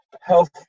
health